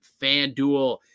FanDuel